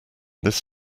this